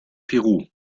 peru